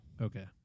Okay